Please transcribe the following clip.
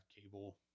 cable –